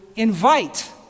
invite